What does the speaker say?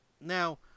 Now